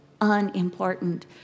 unimportant